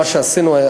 מה שעשינו,